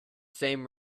same